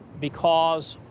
because